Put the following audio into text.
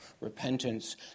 repentance